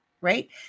right